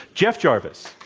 jeff jarvis.